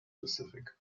specific